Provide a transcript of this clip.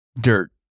dirt